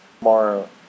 more